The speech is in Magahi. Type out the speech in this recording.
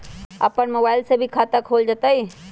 अपन मोबाइल से भी खाता खोल जताईं?